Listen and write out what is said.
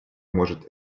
может